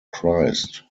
christ